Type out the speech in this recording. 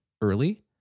early